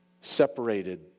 separated